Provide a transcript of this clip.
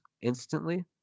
instantly